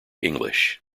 english